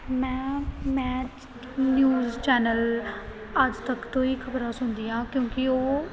ਮੈਂ ਮੈਚ news channel Aaj Tak ਤੋਂ ਹੀ ਖਬਰਾਂ ਸੁਣਦੀ ਹਾਂ ਕਿਉਂਕਿ ਉਹ